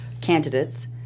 candidates